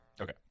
Okay